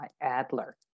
Adler